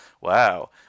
Wow